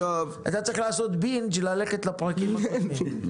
אתה צריך לעשות בינג' בפרקים הקודמים.